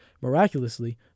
Miraculously